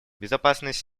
безопасность